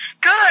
Good